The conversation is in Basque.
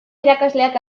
irakasleak